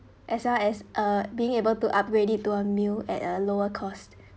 as well as uh being able to upgrade it to a meal at a lower cost